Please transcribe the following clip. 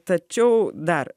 tačiau dar